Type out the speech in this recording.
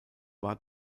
war